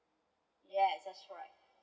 yes that's right